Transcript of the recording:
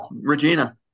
Regina